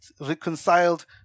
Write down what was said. reconciled